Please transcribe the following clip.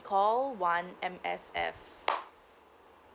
call one M_S_F